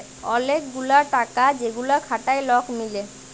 ওলেক গুলা টাকা যেগুলা খাটায় লক মিলে